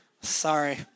Sorry